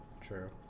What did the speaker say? True